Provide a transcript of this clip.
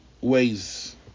ways